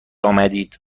آمدید